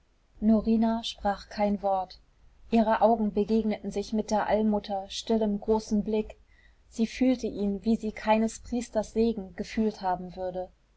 norina sprach kein wort ihre augen begegneten sich mit der allmutter stillem großem blick sie fühlte ihn wie sie keines priesters segen gefühlt haben würde